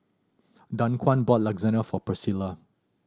Daquan bought Lasagna for Priscila